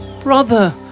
brother